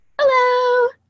Hello